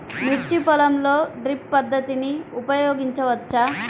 మిర్చి పొలంలో డ్రిప్ పద్ధతిని ఉపయోగించవచ్చా?